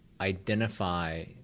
identify